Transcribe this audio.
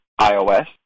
iOS